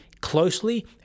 closely